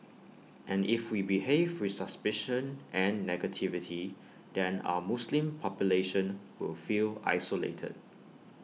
and if we behave with suspicion and negativity then our Muslim population will feel isolated